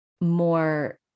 more